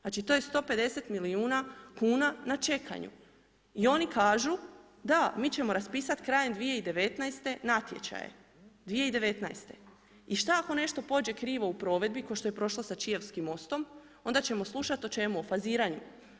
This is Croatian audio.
Znači to je 150 milijuna kuna na čekanju i oni kažu da, mi ćemo raspisati krajem 2019. natječaje, 2019., i šta ako nešto pođe krivo u provedbi kao što je prošlo sa Čiovskim mostom, onda ćemo slušati o čemu, o faziranju.